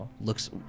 looks